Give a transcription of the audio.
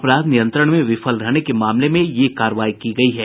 अपराध नियंत्रण में विफल रहने के मामले में यह कार्रवाई की गयी है